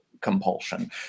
compulsion